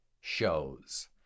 shows